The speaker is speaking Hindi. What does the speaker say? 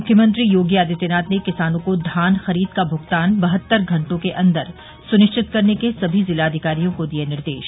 मुख्यमंत्री योगी आदित्यनाथ ने किसानों को धान खरीद का भुगतान बहत्तर घंटों के अन्दर सुनिश्चित करने के समी जिलाधिकारियों को दिये निर्देश